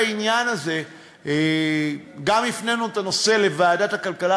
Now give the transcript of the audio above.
בעניין הזה גם הפנינו את הנושא לוועדת הכלכלה,